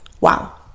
wow